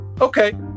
okay